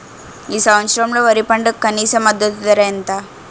ఈ సంవత్సరంలో వరి పంటకు కనీస మద్దతు ధర ఎంత?